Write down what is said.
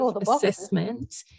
assessment